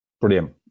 brilliant